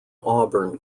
auburn